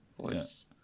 voice